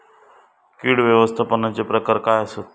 कीड व्यवस्थापनाचे प्रकार काय आसत?